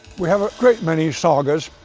we have a great many sagas,